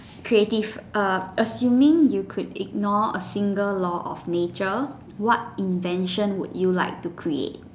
creative uh assuming you could ignore a single law of nature what invention would you like to create